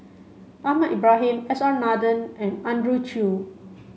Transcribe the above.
Ahmad Ibrahim S R Nathan and Andrew Chew